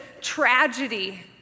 tragedy